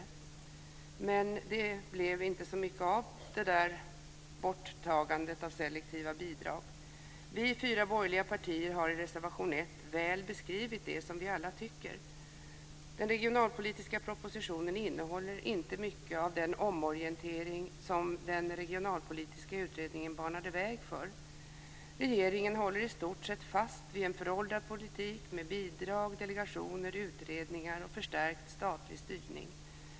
Men det blev inte så mycket av borttagandet av selektiva bidrag. Vi i de fyra borgerliga partierna har i reservation 1 väl beskrivit det som vi alla tycker. Den regionalpolitiska propositionen innehåller inte mycket av den omorientering som den regionalpolitiska utredningen banade väg för. Regeringen håller i stort sett fast vid en föråldrad politik med bidrag, delegationer, utredningar och förstärkt statlig styrning.